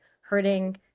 hurting